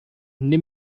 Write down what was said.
nimm